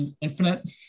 Infinite